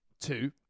Two